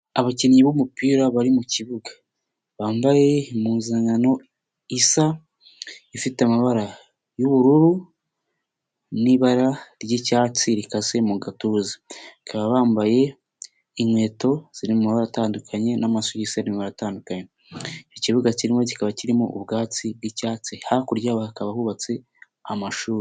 Abakinnyi b'umupira bari mu kibuga bambaye impuzankano isa ifite amabara y'ubururu n'ibara ry'icyatsi rikase mu gatuza, bakaba bambaye inkweto ziri mu mabara atandukanye n'amasogisi ari mu mabara atandukanye, ikibuga kirimo kikaba kirimo ubwatsi bw'icyatsi hakurya y'aho hakaba hubatse amashuri.